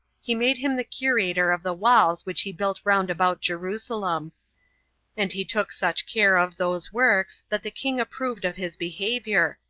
he made him the curator of the walls which he built round about jerusalem and he took such care of those works, that the king approved of his behavior,